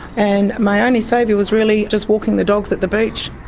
and my only saviour was really just walking the dogs at the beach.